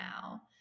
now